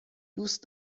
دوست